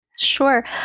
Sure